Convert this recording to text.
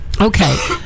okay